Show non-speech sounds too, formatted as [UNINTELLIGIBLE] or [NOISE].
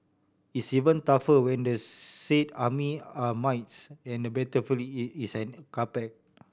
it's even tougher when the said army are mites and the battlefield [UNINTELLIGIBLE] the carpet